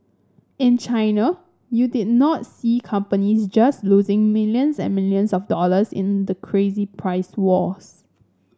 in China you did not see companies just losing millions and millions of dollars in the crazy price wars